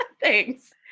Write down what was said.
Thanks